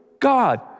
God